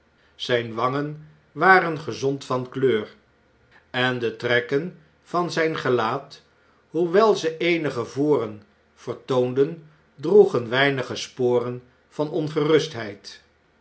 zjjne wangen waren gezond van kleur en de trekken van zijn gelaat hoewel ze eenige voren vertoonden droegen weinige sporen van ongerustheid